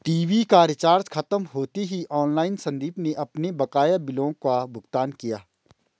TV का recharge खत्म होते ही ऑनलाइन संदीप ने अपने बकाया बिलों का भुगतान किया